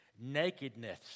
nakedness